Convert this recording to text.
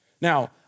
Now